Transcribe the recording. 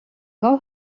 all